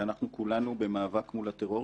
שאנחנו כולנו במאבק מול הטרור,